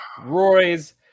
Roy's